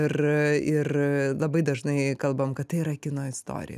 ir ir labai dažnai kalbam kad tai yra kino istorija